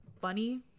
funny